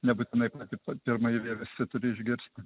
nebūtinai patį pirmąjį vieversį turi išgirsti